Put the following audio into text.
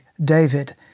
David